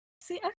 See